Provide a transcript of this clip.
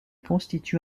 constitue